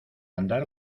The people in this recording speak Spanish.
andar